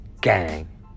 gang